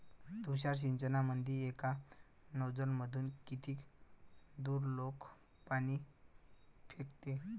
तुषार सिंचनमंदी एका नोजल मधून किती दुरलोक पाणी फेकते?